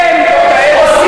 אתה עובד אצלי,